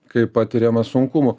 kai patiriama sunkumų